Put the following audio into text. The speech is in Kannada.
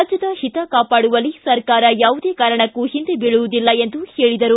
ರಾಜ್ಯದ ಹಿತ ಕಾಪಾಡುವಲ್ಲಿ ಸರ್ಕಾರ ಯಾವುದೇ ಕಾರಣಕ್ಕೂ ಹಿಂದೆ ಬೀಳುವುದಿಲ್ಲ ಎಂದರು